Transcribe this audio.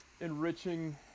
enriching